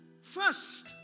first